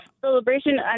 celebration